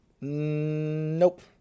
Nope